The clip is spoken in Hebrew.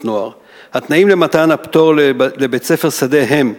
התנאים למתן הפטור לבית-ספר שדה הם: